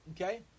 okay